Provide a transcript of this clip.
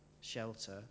shelter